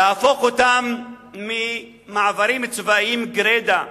להפוך אותם ממעברים צבאיים גרידא,